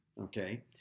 Okay